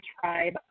Tribe